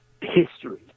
history